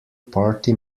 party